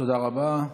תודה רבה.